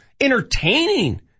entertaining